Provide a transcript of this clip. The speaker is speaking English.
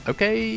Okay